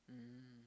mm